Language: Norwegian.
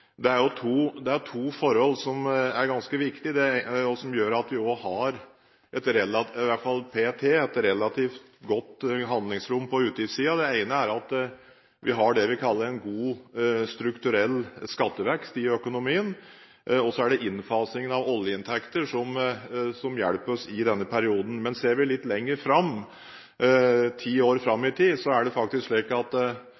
det er ofte stor oppmerksomhet omkring utgiftssiden i diskusjonene våre. Det er to forhold som er ganske viktige, og som gjør at vi p.t. har et relativt godt handlingsrom på utgiftssiden. Det ene er at vi har det vi kaller en god strukturell skattevekst i økonomien, og det andre er innfasingen av oljeinntekter som hjelper oss i denne perioden. Men ser vi litt lenger fram – ti år